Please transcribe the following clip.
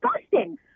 disgusting